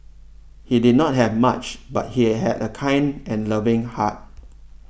he did not have much but he had a kind and loving heart